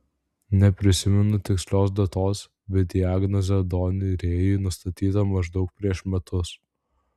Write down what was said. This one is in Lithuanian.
neprisimenu tikslios datos bet diagnozė doniui rėjui nustatyta maždaug prieš metus